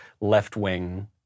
left-wing